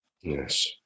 Yes